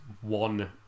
one